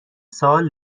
سوال